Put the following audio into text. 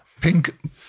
Pink